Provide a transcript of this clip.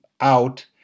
out